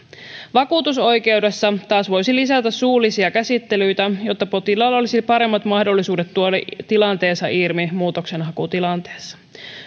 vakuutusoikeudessa taas voisi lisätä suullisia käsittelyitä jotta potilaalla olisi paremmat mahdollisuudet tuoda tilanteensa ilmi muutoksenhakutilanteessa